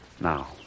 Now